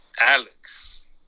Alex